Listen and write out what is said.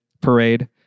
parade